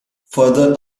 further